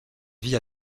vie